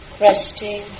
Resting